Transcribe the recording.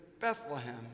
Bethlehem